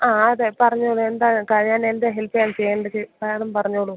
ആ അതെ പറഞ്ഞോളൂ എന്താ കാര്യം ഞാനെന്ത് ഹെൽപ്പാണ് ചെയ്യേണ്ടത് വേഗം പറഞ്ഞോളൂ